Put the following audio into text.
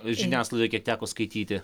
žiniasklaidoj kiek teko skaityti